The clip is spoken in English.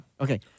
Okay